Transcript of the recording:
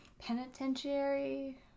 Penitentiary